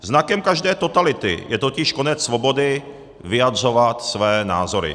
Znakem každé totality je totiž konec svobody vyjadřovat své názory.